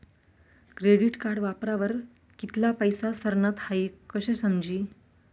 credit card वापरावर कित्ला पैसा सरनात हाई कशं समजी